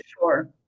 sure